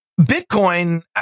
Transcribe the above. Bitcoin